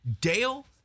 Dale